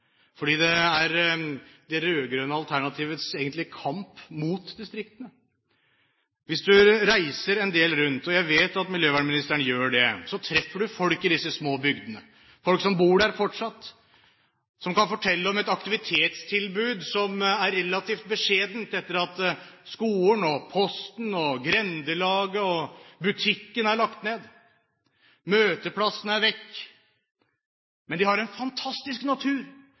fordi det er det rød-grønne alternativets egentlige kamp mot distriktene. Hvis man reiser en del rundt, og jeg vet at miljøvernministeren gjør det, så treffer man folk i disse små bygdene – folk som bor der fortsatt, som kan fortelle om et aktivitetstilbud som er relativt beskjedent etter at skolen, posten, grendelaget og butikken er lagt ned. Møteplassene er vekk. Men de har en fantastisk natur,